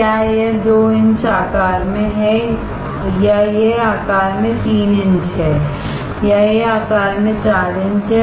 क्या यह 2 इंच आकार में है या यह आकार में 3 इंच है या यह आकार में 4 इंच है